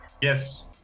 yes